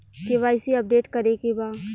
KYC update करे के बा?